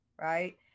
right